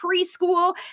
preschool